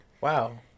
Wow